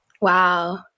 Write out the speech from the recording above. Wow